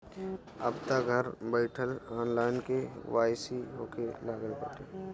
अबतअ घर बईठल ऑनलाइन के.वाई.सी होखे लागल बाटे